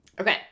Okay